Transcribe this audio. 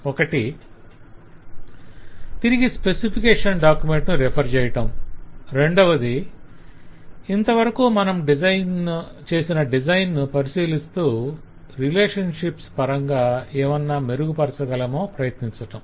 ఒకటి తిరిగి specification document ను రిఫర్ చెయ్యటం రెండవది ఇంతవరకు మనం చేసిన డిజైన్ ను పరిశీలిస్తూ రిలేషన్షిప్స్ పరంగా ఏమన్నా మెరుగుపరచాగలమేమో ప్రయత్నించటం